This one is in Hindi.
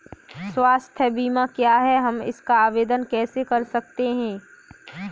स्वास्थ्य बीमा क्या है हम इसका आवेदन कैसे कर सकते हैं?